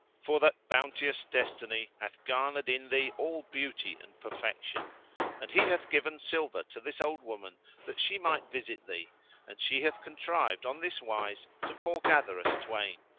for that bounteous destiny hath garnered in thee all beauty and perfection and he hath given silver to this old woman that she might visit thee and she hath contrived on this wise to foregather us twain.